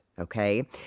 okay